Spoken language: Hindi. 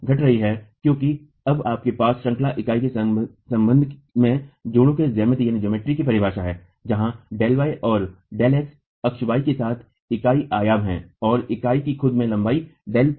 घट रही है क्योंकि अब आपके पास श्रंखलाइकाई के संबंध में जोड़ों के ज्यामिति की परिभाषा है जहां Δy और Δx अक्ष y के साथ इकाई आयाम हैं और इकाई की खुद में लंबाई Δx है